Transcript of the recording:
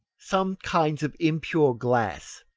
some kinds of impure glass,